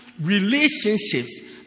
relationships